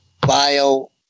Bio